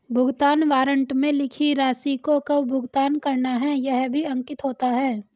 भुगतान वारन्ट में लिखी राशि को कब भुगतान करना है यह भी अंकित होता है